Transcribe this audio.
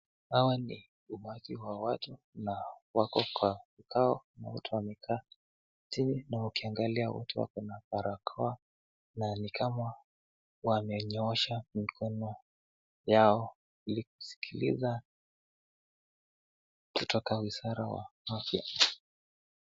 Hawa ni umati wa watu na wako kwa kikao na wote wamekaa chini na ukiangalia wote wakona barakoa na ni kama wamenyoosha mikono yao ili kusikiliza kutoka wizara wa afya.